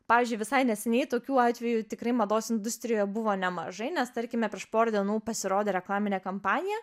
pavyzdžiui visai neseniai tokių atvejų tikrai mados industrijoje buvo nemažai nes tarkime prieš porą dienų pasirodė reklaminė kampanija